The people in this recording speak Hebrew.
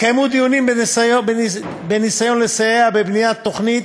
התקיימו דיונים בניסיון לסייע בבניית תוכנית